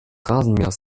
rasenmähers